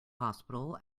hospital